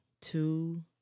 two